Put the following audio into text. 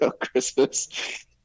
Christmas